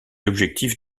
objectifs